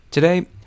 Today